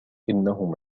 إنه